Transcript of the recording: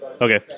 okay